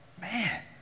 Man